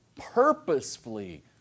Purposefully